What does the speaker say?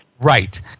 Right